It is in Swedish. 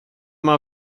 man